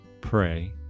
pray